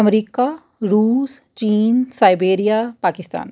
America Russia China siberia Pakistan